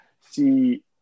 see